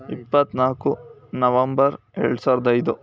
ಇಪ್ಪತ್ನಾಲ್ಕು ನವಂಬರ್ ಎರಡು ಸಾವಿರದ ಐದು